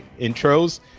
intros